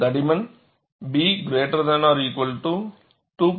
தடிமன் B≥2